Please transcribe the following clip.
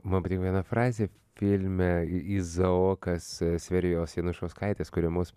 man patiko viena frazė filme izaokas severijos janušauskaitės kuriamos